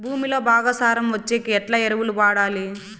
భూమిలో బాగా సారం వచ్చేకి ఎట్లా ఎరువులు వాడాలి?